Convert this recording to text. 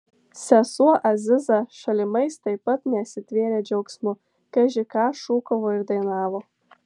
sesuo aziza šalimais taip pat nesitvėrė džiaugsmu kaži ką šūkavo ir dainavo